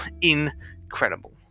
incredible